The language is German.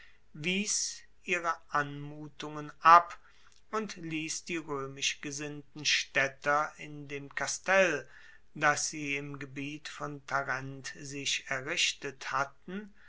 wies ihre anmutungen ab und liess die roemisch gesinnten staedter in dem kastell das sie im gebiet von tarent sich errichtet hatten